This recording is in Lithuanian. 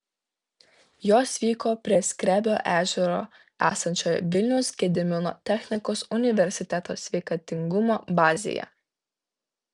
jos vyko prie skrebio ežero esančioje vilniaus gedimino technikos universiteto sveikatingumo bazėje